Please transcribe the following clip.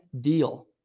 deal